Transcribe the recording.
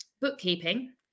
bookkeeping